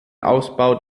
ausbau